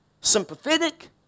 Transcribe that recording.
sympathetic